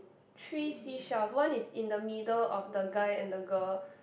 three sea shells one is in the middle of the guy and the girl